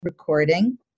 recording